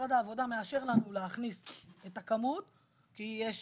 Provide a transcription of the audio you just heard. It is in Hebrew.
משרד העבודה מאשר לנו להכניס את הכמות כי יש